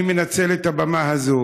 אני מנצל את הבמה הזאת,